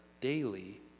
daily